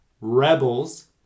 Rebels